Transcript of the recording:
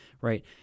right